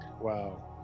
Wow